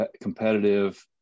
competitive